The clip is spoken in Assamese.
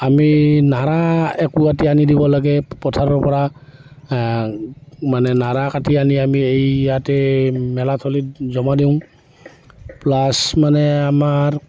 আমি নৰা একোআতি আনি দিব লাগে পথাৰৰ পৰা মানে নৰা কাটি আনি আমি এই ইয়াতে মেলাথলীত জমা দিওঁ প্লাছ মানে আমাৰ